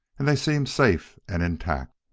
and they seemed safe and intact.